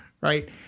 right